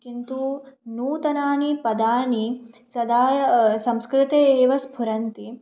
किन्तु नूतनानि पदानि सदा संस्कृते एव स्फुरन्ति